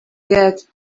get